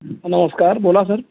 ह नमस्कार बोला सर